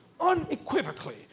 unequivocally